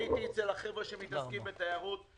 הייתי אצל החבר'ה שמתעסקים בתיירות,